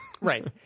right